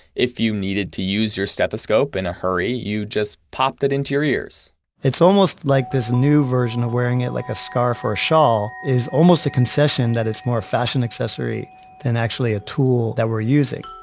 if you needed to use your stethoscope in a hurry, you just popped it into your ears it's almost like this new version of wearing it like a scar for a shawl, is almost a concession that it's more fashion accessory than actually a tool that we're using